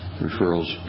Referrals